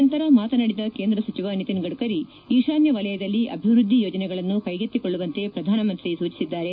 ನಂತರ ಮಾತನಾಡಿದ ಕೇಂದ್ರ ಸಚಿವ ನಿತಿನ್ ಗಡ್ಡರಿ ಈಶಾನ್ದ ವಲಯದಲ್ಲಿ ಅಭಿವೃದ್ದಿ ಯೋಜನೆಗಳನ್ನು ಕೈಗೆತ್ತಿಕೊಳ್ಳುವಂತೆ ಪ್ರಧಾನಮಂತ್ರಿ ಸೂಚಿಸಿದ್ದಾರೆ